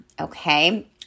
Okay